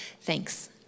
Thanks